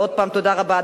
ועוד פעם תודה רבה,